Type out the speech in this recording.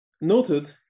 noted